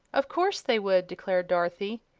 of course they would! declared dorothy.